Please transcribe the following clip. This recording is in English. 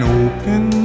open